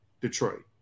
Detroit